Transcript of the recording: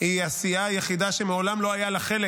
היא הסיעה היחידה שמעולם לא היה לה חלק